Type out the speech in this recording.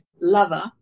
lover